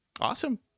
Awesome